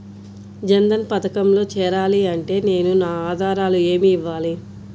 జన్ధన్ పథకంలో చేరాలి అంటే నేను నా ఆధారాలు ఏమి ఇవ్వాలి?